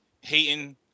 hating